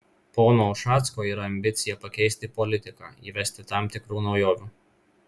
pono ušacko yra ambicija pakeisti politiką įvesti tam tikrų naujovių